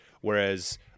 whereas